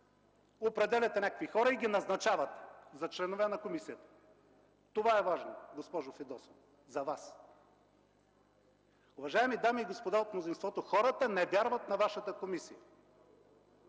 определяте някакви хора и ги назначавате за членове на комисията. Това е важно, госпожо Фидосова, за Вас! Уважаеми дами и господа от мнозинството, хората не вярват на Вашата комисия.